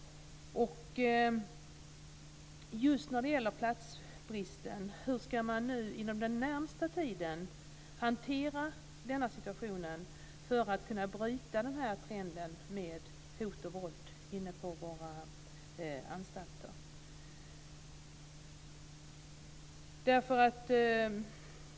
Och just när det gäller platsbristen undrar jag hur man inom den närmaste tiden ska hantera denna situation för att kunna bryta denna trend med hot och våld inne på våra anstalter.